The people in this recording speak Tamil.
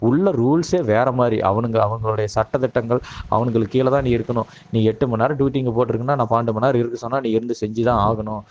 உள்ளே ரூல்ஸே வேறு மாதிரி அவனுங்க அவர்களுடைய சட்டத்திட்டங்கள் அவனுங்களுக்கு கீழே தான் நீ இருக்கணும் நீ எட்டு மணிநேரம் டூட்டி இங்கே போட்டிருக்குன்னா நான் பன்னெண்டு மணி நேரம் இருக்க சொன்னால் நீ இருந்து செஞ்சுதான் ஆகணும்